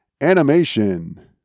animation